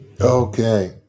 okay